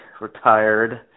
retired